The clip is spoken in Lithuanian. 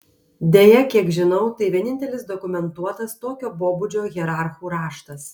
deja kiek žinau tai vienintelis dokumentuotas tokio pobūdžio hierarchų raštas